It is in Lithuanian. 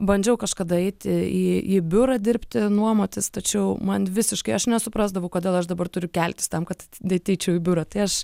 bandžiau kažkada eiti į į biurą dirbti nuomotis tačiau man visiškai aš nesuprasdavau kodėl aš dabar turiu keltis tam kad ateičiau į biurą tai aš